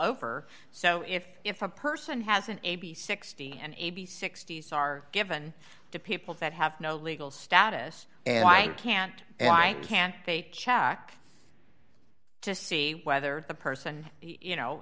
over so if if a person has an a b sixty and a b sixty s are given to people that have no legal status and i can't why can't they check to see whether a person you know